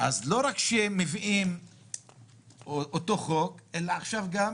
לא רק שמביאים אותו חוק אלא עכשיו גם